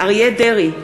אבישי ברוורמן,